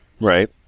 Right